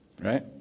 Right